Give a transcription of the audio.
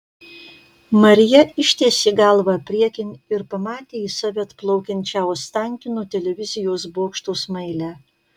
marija ištiesė galvą priekin ir pamatė į save atplaukiančią ostankino televizijos bokšto smailę